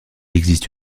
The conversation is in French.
existe